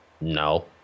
No